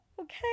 okay